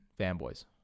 fanboys